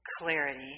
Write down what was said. clarity